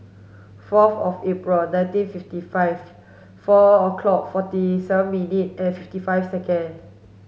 fourth of April nineteen fifty five four o'clock forty seven minutes and fifty five seconds